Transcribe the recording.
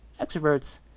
extroverts